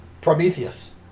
Prometheus